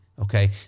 okay